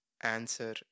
answer